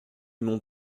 mont